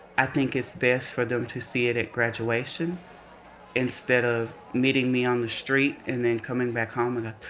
i think it's best for them to see it at graduation instead of meeting me on the street and then coming back home and